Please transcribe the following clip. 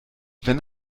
wenn